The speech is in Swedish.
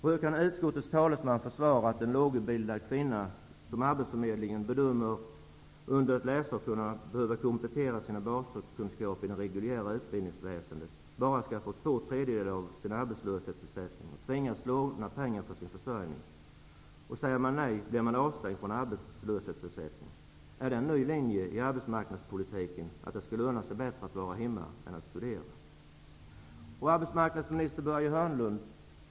Hur kan ministern försvara att en lågutbildad kvinna som arbetsförmedlingen bedömer under ett läsår behöver komplettera sina baskunskaper i det reguljära utbildningsväsendet bara skall få två tredjedelar av sin arbetslöshetsersättning och tvingas låna pengar för sin försörjning? Och säger man nej, blir man avstängd från arbetslöshetsersättning. Är det en ny linje i arbetsmarknadspolitiken att det skall löna sig bättre att vara hemma än att studera? Arbetsmarknadsminister Börje Hörnlund!